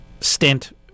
stint